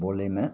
बोलैमे